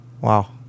Wow